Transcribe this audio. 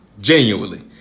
genuinely